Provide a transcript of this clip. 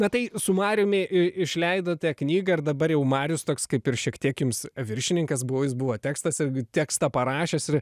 na tai su mariumi išleidote knygą ir dabar jau marijus toks kaip ir šiek tiek jums viršininkas buvo jis buvo tekstas tekstą parašęs ir